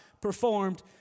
performed